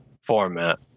format